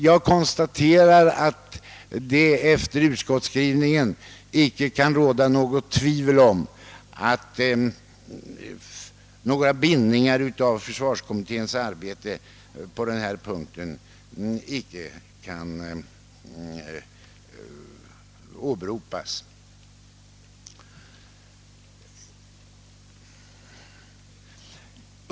Jag konstaterar att det efter denna utskottsskrivning icke kan råda något tvivel om att några bindningar av försvarskommitténs arbete på denna punkt icke kan komma i fråga.